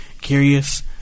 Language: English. curious